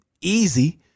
easy